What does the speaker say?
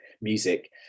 music